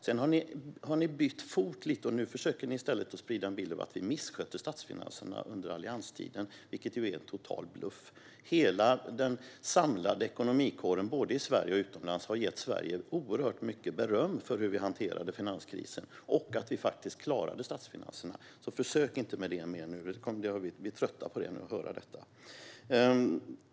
Sedan har ni bytt fot lite grann, och nu försöker ni i stället att sprida en bild av att vi misskötte statsfinanserna under allianstiden, vilket ju är en total bluff. Hela den samlade ekonomikåren både i Sverige och utomlands har gett Sverige oerhört mycket beröm för hur vi hanterade finanskrisen och att vi klarade statsfinanserna. Så försök inte med det mer; vi är trötta på att höra detta nu!